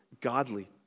godly